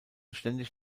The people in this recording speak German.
ständig